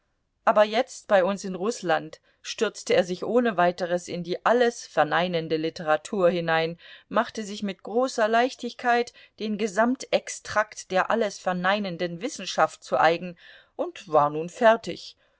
aber jetzt bei uns in rußland stürzte er sich ohne weiteres in die alles verneinende literatur hinein machte sich mit großer leichtigkeit den gesamtextrakt der alles verneinenden wissenschaft zu eigen und war nun fertig